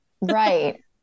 Right